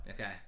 Okay